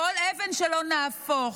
כל אבן שלא נהפוך,